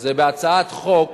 בהצעת חוק